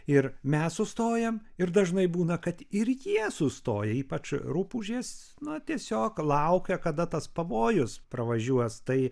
ir mes sustojam ir dažnai būna kad ir jie sustoja ypač rupūžės n tiesiog laukia kada tas pavojus pravažiuos tai